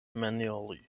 manually